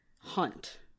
hunt